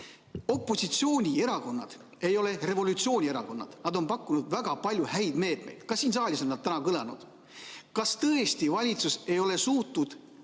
Opositsioonierakonnad ei ole revolutsioonierakonnad. Nad on pakkunud väga palju häid meetmeid, ka siin saalis on need täna kõlanud. Kas tõesti valitsus ei ole suutnud